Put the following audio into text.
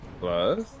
plus